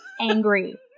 angry